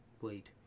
Wait